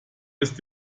ist